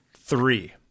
three